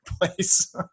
place